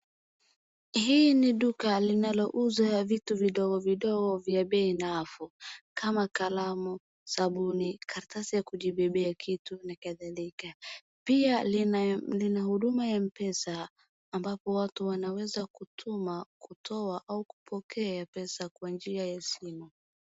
Hii ni duka linalouza vitu vidogo vidogo vya bei nafuu kama kalamu, sabuni, karatasi ya kubebea kitu, pia Lina huduma ya mpesa ambapo watu wanaweza kutuma, kutoa au kupokea pesa kwa njia ya simu.